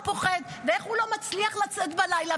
פוחד ואיך הוא לא מצליח לצאת בלילה,